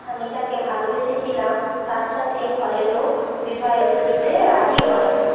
আমি যাকে ভালবেসেছিলাম তার সাথে ঘরের লোক বিবাহ দিতে রাজি হয়নি